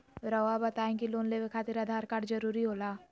रौआ बताई की लोन लेवे खातिर आधार कार्ड जरूरी होला?